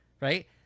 right